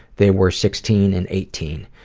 they were sixteen and eighteen.